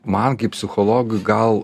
man kaip psichologui gal